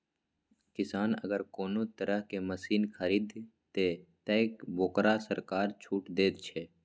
किसान अगर कोनो तरह के मशीन खरीद ते तय वोकरा सरकार छूट दे छे?